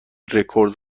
رکورد